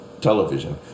television